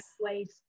ways